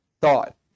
thought